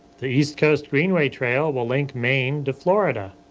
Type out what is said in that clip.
the east coast greenway trail will link maine to florida.